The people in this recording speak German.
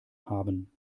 haben